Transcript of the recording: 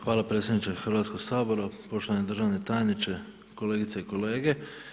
Hvala predsjedniče Hrvatskoga sabora, poštovani državni tajniče, kolegice i kolege.